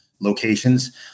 locations